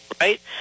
Right